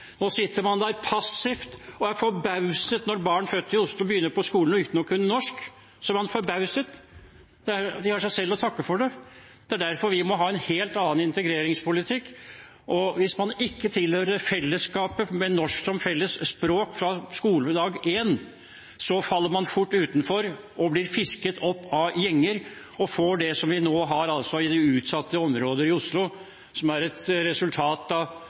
Nå sitter man der passivt og er forbauset når barn født i Oslo begynner på skolen uten å kunne norsk. Da er man forbauset. De har seg selv å takke for det. Det er derfor vi må ha en helt annen integreringspolitikk, og hvis man ikke tilhører fellesskapet med norsk som felles språk fra skoledag én, faller man fort utenfor og blir fisket opp av gjenger, og vi får det vi nå har i utsatte områder i Oslo, som er et resultat av